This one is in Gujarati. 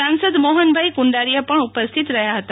સાંસદ મોહનભાઈ કુંડારીયા પણ ઉપસ્થિત રહ્યાં હતા